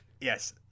Yes